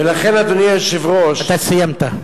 ולכן, אדוני היושב-ראש, אתה סיימת.